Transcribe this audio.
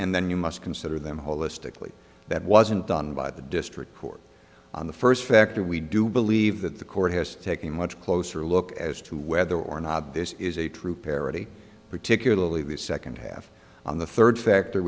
and then you must consider them holistically that wasn't done by the district court on the first factor we do believe that the court has to take a much closer look as to whether or not this is a true parity particularly the second half on the third factor